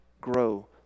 grow